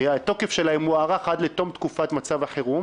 התוקף שלהן מוארך עד לתום תקופת מצב החירום,